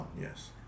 yes